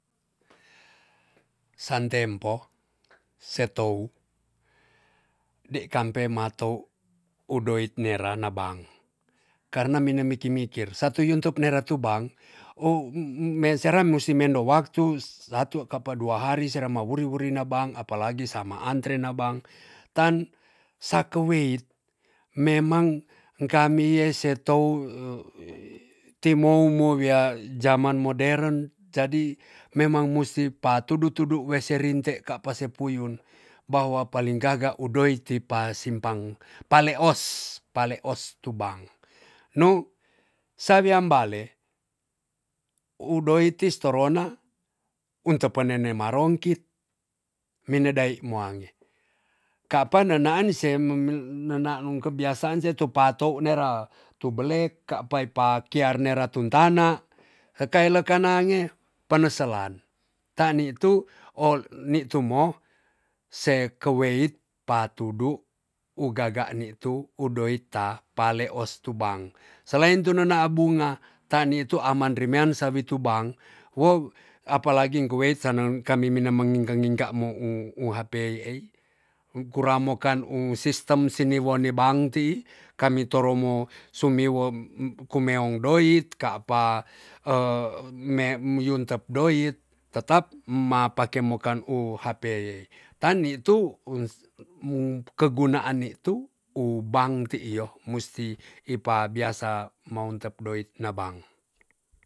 San tempo se tou dei kampe matou udoit nera na bank karena mine miki mikir satu yuntuk nera tu bank o mesera musi mendo waktu satu kapa dua hari sera mawuri wuri na bank apalagi sama antre na bank tan sakeweit memang kami yeei se tou timou mo wia jaman moderen jadi memang musi patudu tudu wese rinte kapa si puyun bahwa paling gaga udoit ti pasimpang pa leos- pa leos tu bank. nu sawian bale udoit tis torona untepe nene ma rongkit wine dai muange. kapa neaan se memi nenanu kebiasaan si pa tou nera tu belek kapai kiar nera tuntana ekailekan nange peneselan. tan ni tu o nitu mo se keweit patudu ugaga nitu udoit ta paleos tu bank. selain tu nena bunga tan nitu aman rimean sa witu bank wo apalagi guet seneng kami mine mengingka ngingka mo u- u hp ei kuramo mekan u sistem siniwon ni bank ti'i, kami toro mo sumiwo um kumeong doit ka p me yuntep doit tetap ma pake mokan u hp tan nitu un mu kegunaan ni tu u bank ti'i yo musi ipa biasa mountep doit na bank.